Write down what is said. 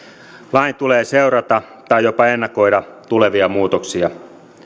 lain tulee seurata tai jopa ennakoida tulevia muutoksia